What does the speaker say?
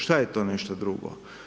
Šta je to nešto drugo?